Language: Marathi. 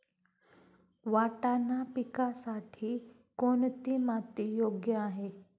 वाटाणा पिकासाठी कोणती माती योग्य आहे?